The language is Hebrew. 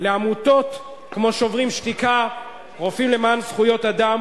לעמותות כמו "שוברים שתיקה", "רופאים לזכויות אדם"